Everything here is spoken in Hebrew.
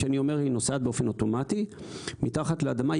כשאני אומר שהיא נוסעת באופן אוטומטי מתחת לאדמה.